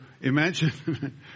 imagine